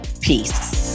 peace